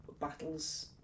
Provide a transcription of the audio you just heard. battles